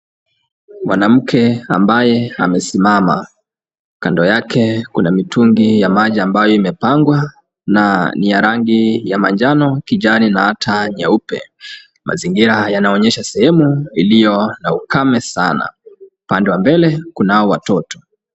Mwanamke ambaye amesimama. Kando yake kuna mitungi ya maji ambayo imepangwa na ni ya rangi ya manjano, kijani na hata nyeupe. Mazingira yanaonyesha sehemu ilio na ukame sana. Upande wa mbele kunao watoto.